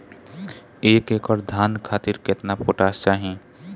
एक एकड़ धान खातिर केतना पोटाश चाही?